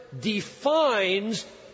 defines